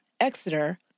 Exeter